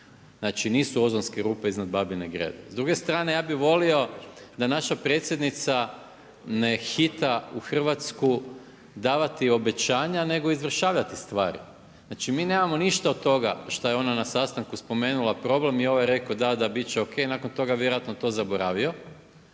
Znači nisu ozonske rupe iznad Babine Grede. S druge strane ja bih volio da naša predsjednica ne hita u Hrvatsku davati obećanja nego izvršavati stvari. Znači mi nemamo ništa od toga šta je ona na sastanku spomenula problem i ovaj je rekao da, da, biti će OK i nakon toga vjerojatno to zaboravio